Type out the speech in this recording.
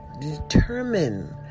determine